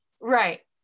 right